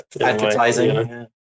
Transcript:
advertising